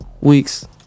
weeks